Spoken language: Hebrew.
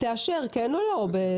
תאשר כן או לא.